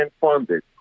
funded